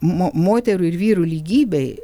moterų ir vyrų lygybei